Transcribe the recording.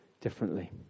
differently